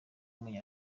muri